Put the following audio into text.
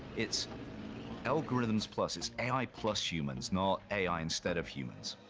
it's algorithms plus, it's a i. plus humans, not a i. instead of humans.